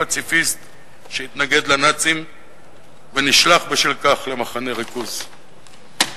שסוגרים את הנאום הקטן הזה,